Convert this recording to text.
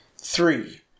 Three